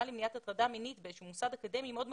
למניעת הטרדה מינית במוסד אקדמי מאוד מכובד,